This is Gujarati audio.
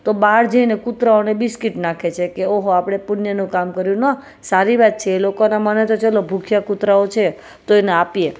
તો બહાર જઈને કુતરાઓને બિસ્કીટ નાખે છે કે ઓહો આપણે પુણ્યનું કામ કર્યું ન સારી વાત છે એ લોકોનાં મને તો ચલો ભૂખ્યાં કૂતરાઓ છે તો એને આપીએ